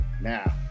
Now